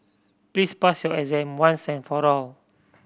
please pass your exam once and for all